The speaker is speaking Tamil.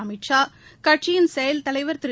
அமித் ஷா கட்சியின் செயல் தலைவர் திரு